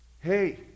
hey